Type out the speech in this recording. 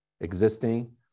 existing